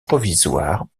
provisoires